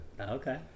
Okay